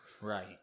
Right